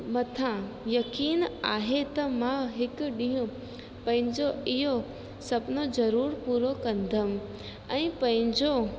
मथां यक़ीन आहे त मां हिकु ॾींहुं पंहिंजो इहो सपनो ज़रूरु पूरो कंदमि ऐं पंहिंजो